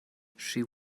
she